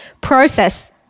process